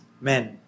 men